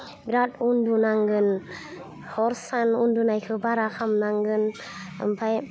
बिराद उन्दुनांगोन हर सान उन्दुनायखौ बारा खामनांगोन आमफाय